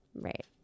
Right